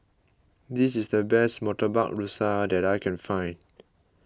this is the best Murtabak Rusa that I can find